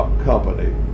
company